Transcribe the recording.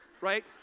right